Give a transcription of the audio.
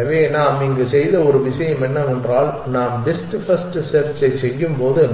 எனவே நாம் இங்கு செய்த ஒரு விஷயம் என்னவென்றால் நாம் பெஸ்ட் ஃபர்ஸ்ட் செர்ச்சைச் செய்யும்போது